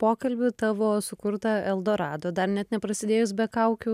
pokalbį tavo sukurtą eldorado dar net neprasidėjus be kaukių